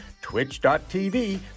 twitch.tv